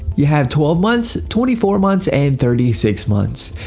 you have twelve months, twenty four months, and thirty six months.